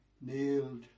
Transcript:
nailed